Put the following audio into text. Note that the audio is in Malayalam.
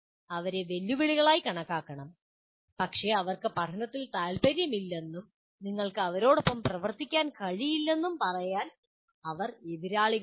അവരെ വെല്ലുവിളികളായി കണക്കാക്കണം പക്ഷേ അവർക്ക് പഠനത്തിൽ താൽപ്പര്യമില്ലെന്നും ഞങ്ങൾക്ക് അവരോടൊപ്പം പ്രവർത്തിക്കാൻ കഴിയില്ലെന്നും പറയാൻ അവർ എതിരാളികളല്ല